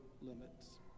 limits